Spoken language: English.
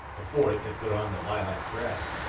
a fourth had put on the lilac dress,